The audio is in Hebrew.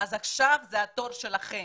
עכשיו זה התור שלכם.